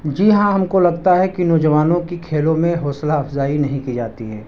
جی ہاں ہم کو لگتا ہے کہ نوجوانوں کی کھیلوں میں حوصلہ افزائی نہیں کی جاتی ہے